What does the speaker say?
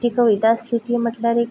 ती कविता आसली ती म्हटल्यार एक